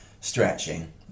stretching